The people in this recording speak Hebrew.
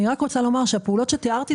אני רק רוצה לומר שהפעולות שתיארתי,